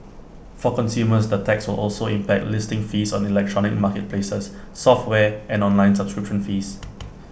for consumers the tax will also impact listing fees on electronic marketplaces software and online subscription fees